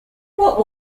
what